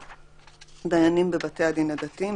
דיינים בבתי הדין הדתיים,